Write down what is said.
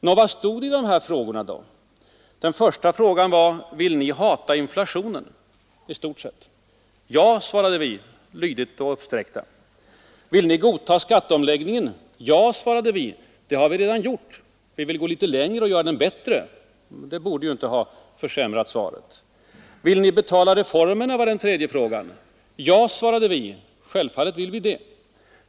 Nå, vad stod i de fem frågorna då? Den första innehöll — i stort sett — frågan: Vill ni hata inflationen? Ja, svarade vi, lydiga och uppsträckta. Den andra frågan var: Vill ni godta skatteomläggningen? Ja, svarade vi. Det har vi redan gjort. Nu vill vi gå litet längre och göra den bättre. — Det borde ju inte ha försämrat svaret. Vill ni betala reformerna? var den tredje frågan. Ja, svarade vi, självfallet vill vi det.